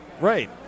Right